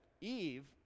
eve